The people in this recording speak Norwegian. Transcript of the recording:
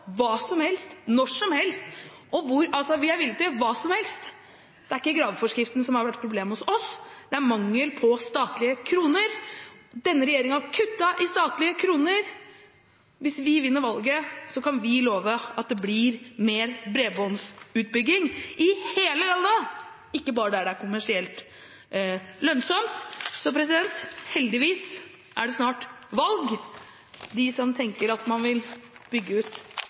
hva som helst når som helst – vi er villig til å gjøre hva som helst. Det er ikke graveforskriften som har vært problemet hos oss, det er mangel på statlige kroner. Denne regjeringen har kuttet i statlige kroner. Hvis vi vinner valget, kan vi love at det blir mer bredbåndsutbygging i hele landet, ikke bare der det er kommersielt lønnsomt. Heldigvis er det snart valg. De som tenker at man vil bygge ut